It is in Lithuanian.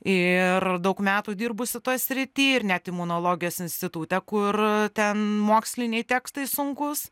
ir daug metų dirbusi toj srity ir net imunologijos institute kur ten moksliniai tekstai sunkūs